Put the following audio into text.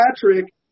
Patrick